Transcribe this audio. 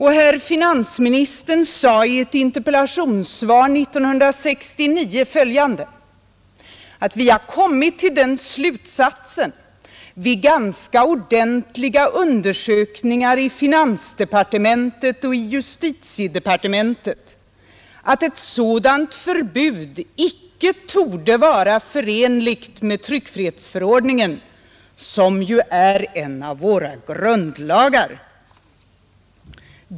Herr finansministern sade i ett interpellationssvar 1969 att ”vi kommit till den slutsatsen, vid ganska ordentliga undersökningar i finansdepartementet och i justitiedepartementet, att ett sådant förbud icke torde vara förenligt med tryckfrihetsförordningen, som ju är en av våra grundlagar”.